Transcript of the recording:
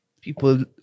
People